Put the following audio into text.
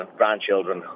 grandchildren